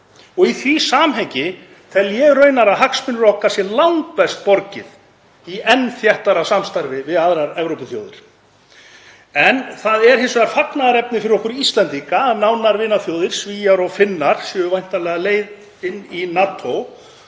Í því samhengi tel ég raunar að hagsmunum okkar sé langbest borgið í enn þéttara samstarfi við aðrar Evrópuþjóðir. En það er hins vegar fagnaðarefni fyrir okkur Íslendinga að nánar vinaþjóðir, Svíar og Finnar, séu væntanlega á leið inn í NATO